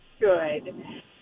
Good